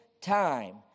time